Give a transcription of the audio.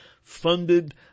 funded